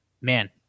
man